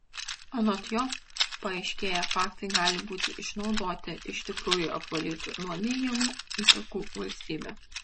anot jo paaiškėję faktai gali būti išnaudoti iš tikrųjų apvalyti nuo neigiamų įtakų valstybę